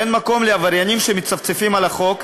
אין מקום לעבריינים שמצפצפים על החוק,